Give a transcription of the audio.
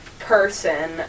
person